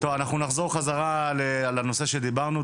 אנחנו נחזור חזרה לנושא שדיברנו עליו,